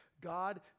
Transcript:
God